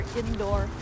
indoor